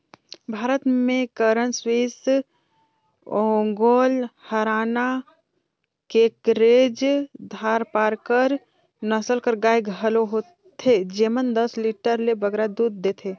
भारत में करन स्विस, ओंगोल, हराना, केकरेज, धारपारकर नसल कर गाय घलो होथे जेमन दस लीटर ले बगरा दूद देथे